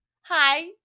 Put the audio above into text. Hi